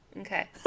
okay